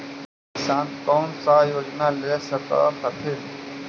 किसान कोन सा योजना ले स कथीन?